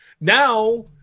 Now